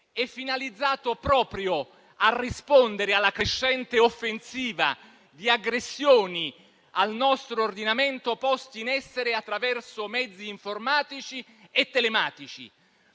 è finalizzato proprio a rispondere alla crescente offensiva di aggressioni al nostro ordinamento poste in essere attraverso mezzi informatici e telematici,